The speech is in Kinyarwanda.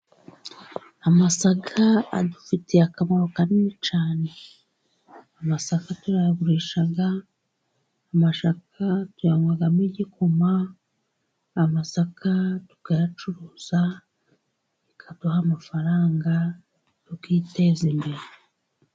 Amasaka adufitiye akamaro kanini cyane, amasaka turayagurisha amasaka tuyanywamo igikoma amasaka tukayacuruza bikaduha amafaranga tukiteza imbere.